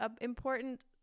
important